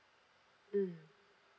mm